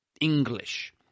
English